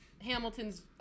Hamilton's